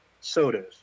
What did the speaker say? sodas